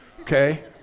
Okay